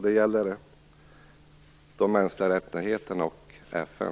Den gäller de mänskliga rättigheterna och FN.